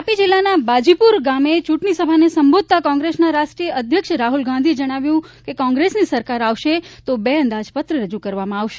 તાપી જિલ્લાના બાજીપુરા ગામે ચૂંટણીસભાને સંબોધતાં કોંગ્રેસના રાષ્ટ્રીય અધ્યક્ષ રાહ્લ ગાંધીએ જણાવ્યું હતું કે કોંગ્રેસની સરકાર આવશે તો બે અંદાજપત્ર રજૂ કરવામાં આવશે